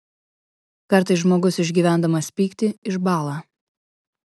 kartais žmogus išgyvendamas pyktį išbąla